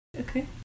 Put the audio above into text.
Okay